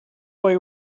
way